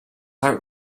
heart